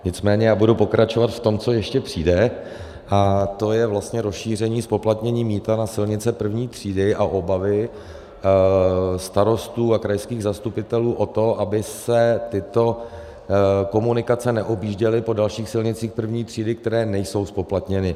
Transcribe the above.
Nicméně já budu pokračovat v tom, co ještě přijde, a to je vlastně rozšíření zpoplatnění mýta na silnice první třídy a obavy starostů a krajských zastupitelů z toho, aby se tyto komunikace neobjížděly po dalších silnicích první třídy, které nejsou zpoplatněny.